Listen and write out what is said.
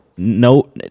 No